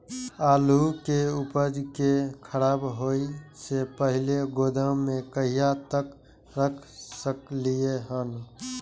आलु के उपज के खराब होय से पहिले गोदाम में कहिया तक रख सकलिये हन?